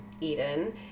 Eden